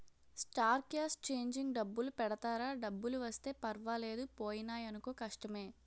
star cast changing డబ్బులు పెడతారా డబ్బులు వస్తే పర్వాలేదు పోయినాయనుకో కష్టమే